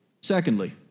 Secondly